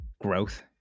growth